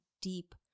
deep